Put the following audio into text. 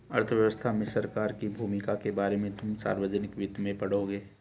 अर्थव्यवस्था में सरकार की भूमिका के बारे में तुम सार्वजनिक वित्त में पढ़ोगे